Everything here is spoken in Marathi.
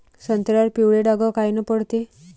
संत्र्यावर पिवळे डाग कायनं पडते?